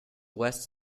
west